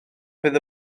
fydd